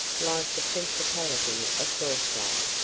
lies the principality of graustark,